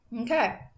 okay